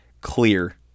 clear